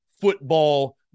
football